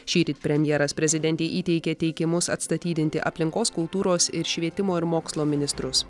šįryt premjeras prezidentei įteikė teikimus atstatydinti aplinkos kultūros ir švietimo ir mokslo ministrus